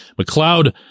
McLeod